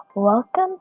Welcome